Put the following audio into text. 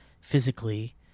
physically